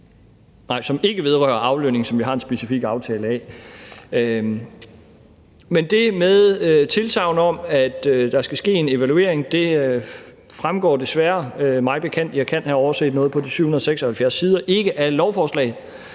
som ikke vedrører aflønning, som vi har en specifik aftale om. Men det tilsagn om, at der skal ske en evaluering, fremgår desværre mig bekendt – jeg kan have overset noget på de 776 sider – ikke af lovforslaget,